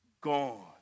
gone